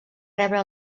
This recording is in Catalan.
rebre